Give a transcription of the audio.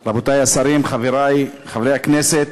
רבותי השרים, חברי חברי הכנסת,